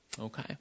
Okay